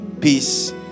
peace